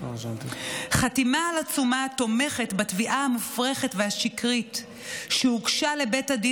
חתימה על עצומה התומכת בתביעה המופרכת והשקרית שהוגשה לבית הדין